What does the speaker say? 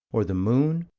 or the moon,